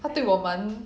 它对我蛮